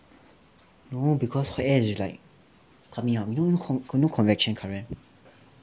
no because hot air is like coming up you know you know convection current